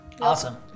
Awesome